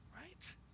Right